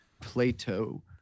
plato